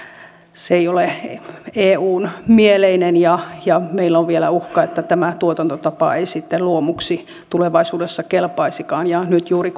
ei ole eulle mieleinen ja ja meillä on vielä uhka että tämä tuotantotapa ei sitten luomuksi tulevaisuudessa kelpaisikaan nyt juuri